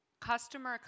customer